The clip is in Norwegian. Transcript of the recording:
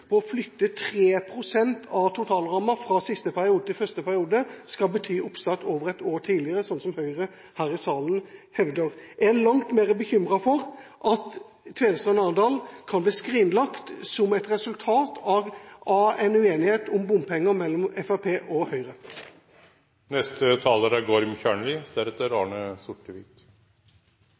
ved å flytte 3 pst. av totalrammen fra siste til første periode skal bety oppstart over ett år tidligere, sånn som Høyre hevder her i salen. Jeg er langt mer bekymret for at Tvedestrand–Arendal kan bli skrinlagt som et resultat av uenighet om bompenger mellom Fremskrittspartiet og Høyre. Når vi kommer såpass langt ut i debatten, er